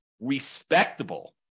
respectable